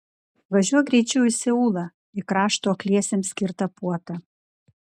važiuok greičiau į seulą į krašto akliesiems skirtą puotą